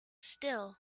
still